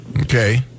Okay